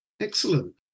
Excellent